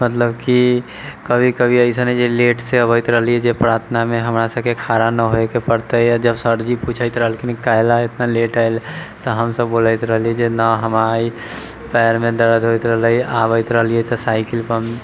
मतलब कि कभी कभी अइसन होइ जे लेट से अबैत रहलियै जे प्रार्थनामे हमरा सभकेँ खड़ा नहै होइके पड़तै जब सर जी पुछैत रहलखिन काहे लऽ इतना लेट आएल तऽ हम सभ बोलैत रहलियै नहि हम आइ पैरमे दरद होइत रहलै आबैत रहलियै तऽ साइकिल पं